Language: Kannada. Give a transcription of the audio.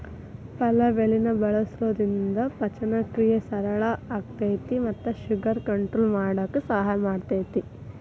ಪಲಾವ್ ಎಲಿನ ಬಳಸೋದ್ರಿಂದ ಪಚನಕ್ರಿಯೆ ಸರಳ ಆಕ್ಕೆತಿ ಮತ್ತ ಶುಗರ್ ಕಂಟ್ರೋಲ್ ಮಾಡಕ್ ಸಹಾಯ ಮಾಡ್ತೆತಿ